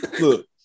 Look